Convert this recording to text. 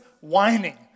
whining